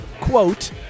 quote